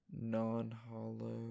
Non-hollow